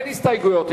אין הסתייגויות,